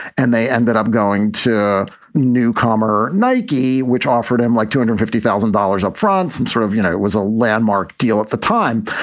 and they ended up going to new comer nike, which offered him like two hundred fifty thousand dollars upfront, some sort of you know, it was a landmark deal at the time.